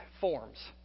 forms